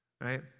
right